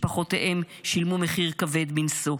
משפחותיהם שילמו מחיר כבד מנשוא.